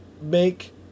Make